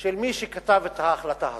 של מי שכתב את ההחלטה הזאת?